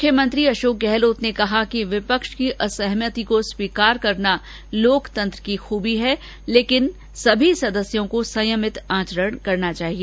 मुख्यमंत्री अशोक गहलोत ने कहा कि विपक्ष की असहमति को स्वीकार करना लोकतंत्र की खूबी है लेकिन सभी सदस्यों को संयमित आचरण करना चाहिए